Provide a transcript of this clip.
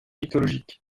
mythologiques